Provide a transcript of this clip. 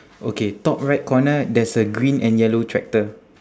okay top right corner there's a green and yellow tractor